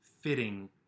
fitting